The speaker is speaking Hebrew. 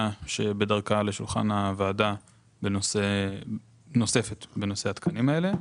נוספת בדרכה לשולחן הוועדה בנושא התקנים האלה.